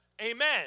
Amen